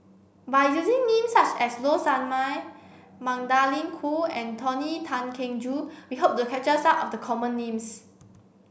by using names such as Low Sanmay Magdalene Khoo and Tony Tan Keng Joo we hope to capture some of the common names